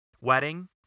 wedding